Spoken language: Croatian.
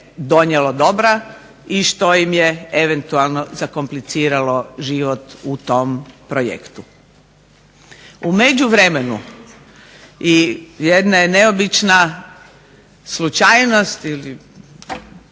donijelo dobra i što im je eventualno zakompliciralo život u tom projektu. U međuvremenu i jedna je neobična slučajnost ili